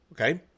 okay